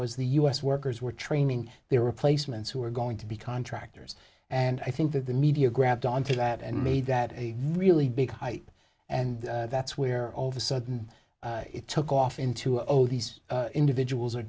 was the u s workers were training their replacements who were going to be contractors and i think that the media grabbed onto that and made that a really big hype and that's where all of a sudden it took off into over these individuals are